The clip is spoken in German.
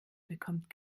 bekommt